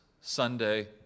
Sunday